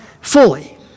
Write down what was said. fully